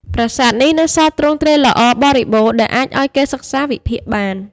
ប្រាសាទនេះនៅសល់ទ្រង់ទ្រាយល្អបរិបូរ ដែលអាចឱ្យគេសិក្សាវិភាគបាន។